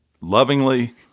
lovingly